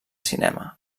cinema